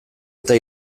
eta